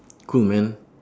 cold man